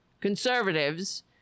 conservatives